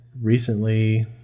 recently